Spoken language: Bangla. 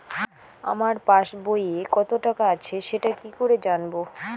আমার পাসবইয়ে কত টাকা আছে সেটা কি করে জানবো?